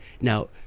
Now